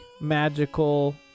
magical